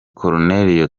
colonel